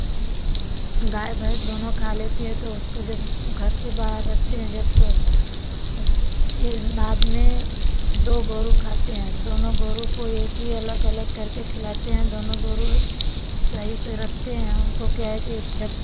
गाय भैंस दोनों खा लेती हैं तो उसको जब घर से बाहर रखते हैं जब तो यह नाद में दो गोरु खाते हैं दोनों गोरु को एक ही अलग अलग करके खिलाते हैं दोनों गोरु सही से रखते है उनको क्या है कि जब